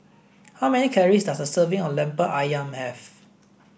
how many calories does a serving of Lemper Ayam have